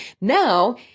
Now